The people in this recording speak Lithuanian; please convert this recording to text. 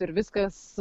ir viskas